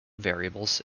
variables